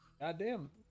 Goddamn